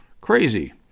Crazy